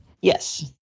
Yes